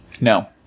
No